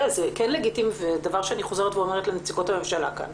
אני חוזרת ואומרת לנציגות הממשלה כאן